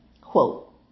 quote